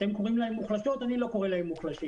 אתם קוראים להן מוחלשות אבל אני לא קורא להן מוחלשות